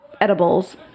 edibles